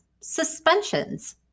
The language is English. suspensions